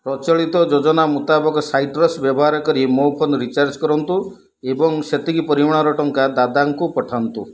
ପ୍ରଚଳିତ ଯୋଜନା ମୁତାବକ ସାଇଟ୍ରସ୍ ବ୍ୟବହାର କରି ମୋ ଫୋନ୍ ରିଚାର୍ଜ କରନ୍ତୁ ଏବଂ ସେତିକି ପରିମାଣର ଟଙ୍କା ଦାଦାକୁ ପଠାନ୍ତୁ